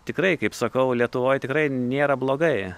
tikrai kaip sakau lietuvoj tikrai nėra blogai